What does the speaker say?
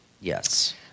Yes